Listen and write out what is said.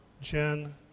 Jen